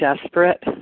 desperate